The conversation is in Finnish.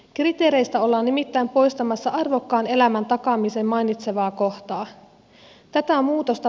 kriteereistä ollaan nimittäin poistamassa arvokkaan elämän takaamisen mainitsevaa kohtaa